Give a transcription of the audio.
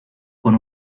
con